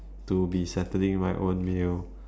to be settling my own meal